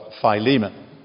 Philemon